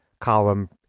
column